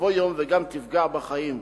יבוא יום וגם תפגע בחיים.